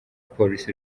polisi